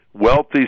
wealthy